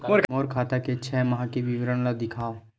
मोर खाता के छः माह के विवरण ल दिखाव?